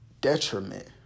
detriment